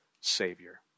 savior